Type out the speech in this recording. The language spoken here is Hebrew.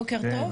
בוקר טוב,